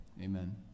amen